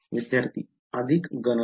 विद्यार्थी अधिक गणना